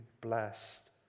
blessed